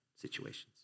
situations